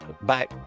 Bye